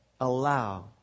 allow